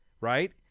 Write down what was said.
Right